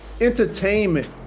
entertainment